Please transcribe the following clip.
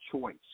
Choice